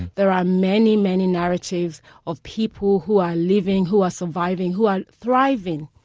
there are many, many narratives of people who are living, who are surviving, who are thriving.